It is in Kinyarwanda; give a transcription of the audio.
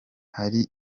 hali